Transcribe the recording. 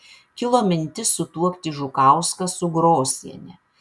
kilo mintis sutuokti žukauską su grosiene